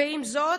עם זאת,